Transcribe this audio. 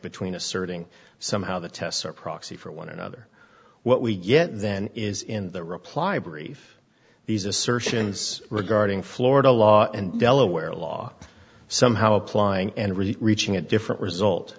between asserting somehow the tests are proxy for one another what we get then is in the reply brief these assertions regarding florida law and delaware law somehow applying and really reaching a different result